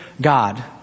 God